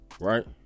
Right